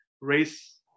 race